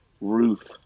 Ruth